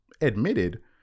admitted